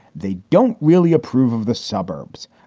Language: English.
they don't really approve of the suburbs.